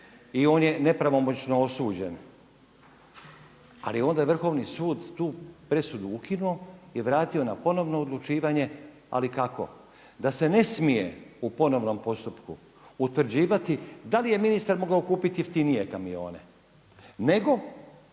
i on je nepravomoćno osuđen. Ali je onda Vrhovni sud tu presudu ukinuo i vratio na ponovno odlučivanje. Ali kako? Da se ne smije u ponovnom postupku utvrđivati da li je ministar mogao kupiti jeftinije kamione nego